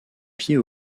pied